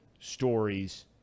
stories